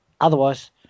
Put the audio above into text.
otherwise